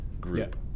group